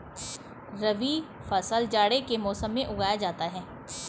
रबी फसल जाड़े के मौसम में उगाया जाता है